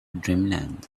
dreamland